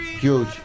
Huge